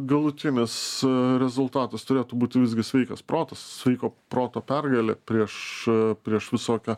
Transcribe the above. galutinis rezultatas turėtų būt visgi sveikas protas sveiko proto pergalė prieš prieš visokią